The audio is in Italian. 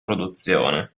produzione